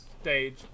stage